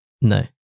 No